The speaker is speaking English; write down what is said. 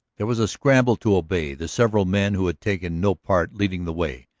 there was a scramble to obey, the several men who had taken no part leading the way.